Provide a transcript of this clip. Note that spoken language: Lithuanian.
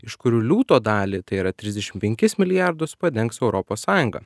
iš kurių liūto dalį tai yra trisdešim penkis milijardus padengs europos sąjunga